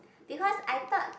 because I thought